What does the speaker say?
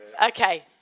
Okay